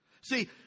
See